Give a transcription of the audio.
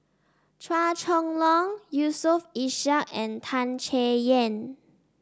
Chua Chong Long Yusof Ishak and Tan Chay Yan